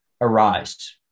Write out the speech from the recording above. arise